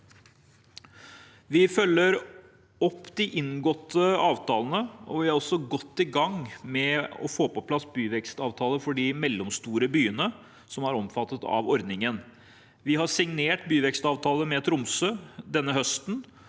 Vi følger opp de inngåtte avtalene, og vi er også godt i gang med å få på plass byvekstavtaler for de mellomstore byene som er omfattet av ordningen. Vi har signert byvekstavtale med Tromsø denne høsten,